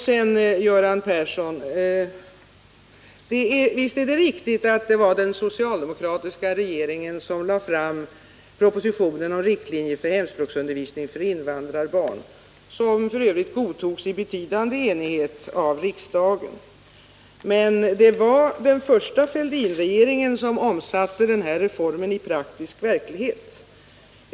Visst är det riktigt, Göran Persson, att det var den socialdemokratiska regeringen som lade fram propositionen om riktlinjer för hemspråksundervisning för invandrarbarn, som f.ö. godtogs av riksdagen i betydande enighet. Men det var den första Fälldinregeringen som omsatte denna reform i praktisk verklighet.